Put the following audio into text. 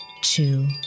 two